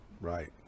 Right